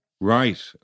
Right